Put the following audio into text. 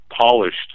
polished